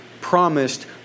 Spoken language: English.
promised